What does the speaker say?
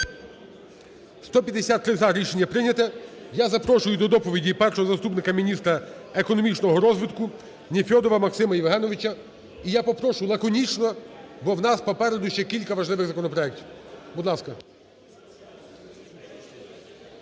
За-153 Рішення прийнято. Я запрошую до доповіді першого заступника міністра економічного розвитку Нефьодова Максима Євгеновича. І я попрошу лаконічно, бо в нас попереду ще кілька важливих законопроектів. Будь ласка.